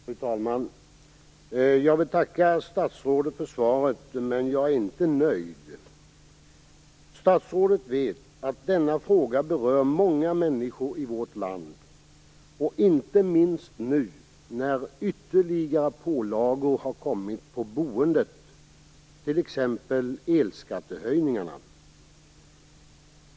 Fru talman! Jag tackar statsrådet för svaret, men jag är inte nöjd. Statsrådet vet att denna fråga berör många människor i vårt land, inte minst nu när ytterligare pålagor har kommit på boendet, t.ex. elskattehöjningarna.